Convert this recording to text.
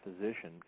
physician